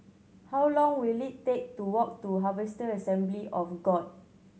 how long will it take to walk to Harvester Assembly of God